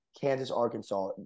Kansas-Arkansas